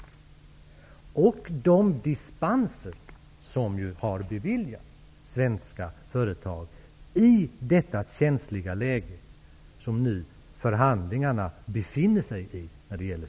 Det gäller även de dispenser som har beviljats svenska företag i det känsliga läge som förhandlingarna nu befinner sig i när det gäller